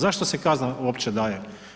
Zašto se kazna uopće daje?